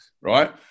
right